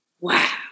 wow